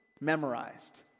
memorized